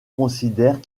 considèrent